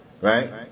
right